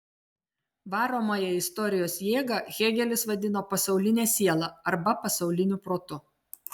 varomąją istorijos jėgą hėgelis vadino pasauline siela arba pasauliniu protu